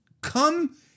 come